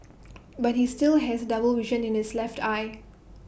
but he still has double vision in his left eye